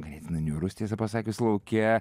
ganėtinai niūrus tiesą pasakius lauke